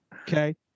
Okay